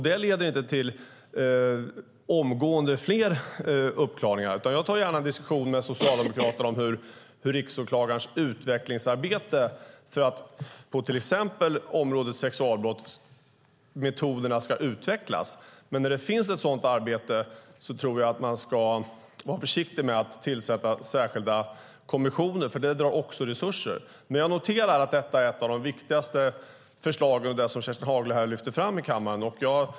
Det leder inte omgående till fler uppklarade fall. Jag tar gärna en diskussion med Socialdemokraterna om hur Riksåklagarens arbete och metoder på till exempel området sexualbrott ska utvecklas. Men när det finns ett sådant arbete ska man vara försiktig med att tillsätta särskilda kommissioner, för det drar resurser. Detta är ett av de viktigaste förslag Kerstin Haglö lyfter fram i kammaren.